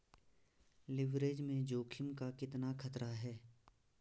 Leverage में जोखिम का कितना खतरा है?